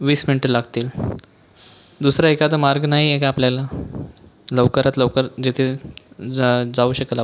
वीस मिनटं लागतील दुसरा एखादा मार्ग नाही आहे का आपल्याला लवकरात लवकर तिथे जा जाऊ शकेल आपण